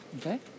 Okay